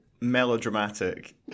melodramatic